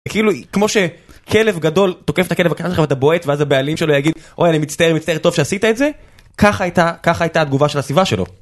כאילו כמו שכלב גדול תוקף את הכלב ואתה בועט ואז הבעלים שלו יגיד אוי אני מצטער מצטער, טוב שעשית את זה ככה הייתה התגובה של הסביבה שלו